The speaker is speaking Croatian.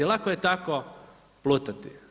Lako je tak plutati.